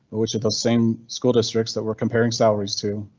which of the same school districts that we're comparing salaries too?